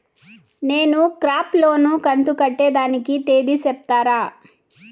నేను crop loan కంతు కట్టేదానికి తేది సెప్తారా?